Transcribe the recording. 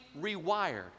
rewired